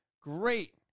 great